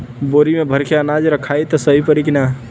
बोरी में भर के अनाज रखायी त सही परी की ना?